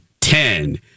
Ten